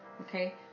Okay